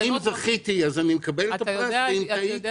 והיא רשאית למנות ועדות משנה מקרב חבריה, דרך כלל